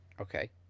Okay